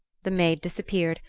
the maid disappeared,